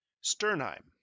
Sternheim